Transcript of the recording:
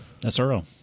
SRO